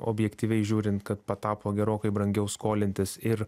objektyviai žiūrint kad patapo gerokai brangiau skolintis ir